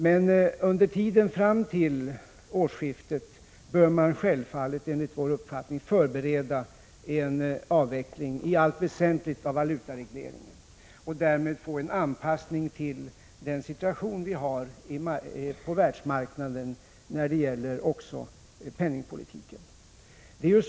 Men under tiden fram till årsskiftet bör man enligt vår uppfattning självfallet förbereda en avveckling i allt väsentligt av valutaregleringen och därmed få en anpassning till situationen på världsmarknaden också när det gäller penningpolitiken.